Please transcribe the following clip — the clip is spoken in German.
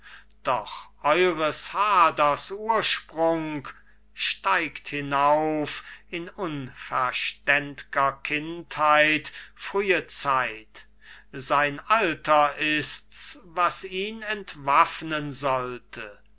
doch eures haders ursprung steigt hinauf in unverständ'ger kindheit frühe zeit sein alter ist's was ihn entwaffnen sollte